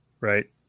Right